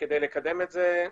כדי לקדם את זה.